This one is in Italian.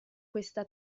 questa